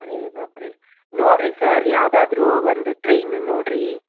ಅರೇ ಬಾಪ್ ರೆ ನೋಡಿರಿ ಸರ್ ಯಾವುದಾದ್ರು ಒಂದು ಟ್ರೈನು ನೋಡಿರಿ